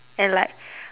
and like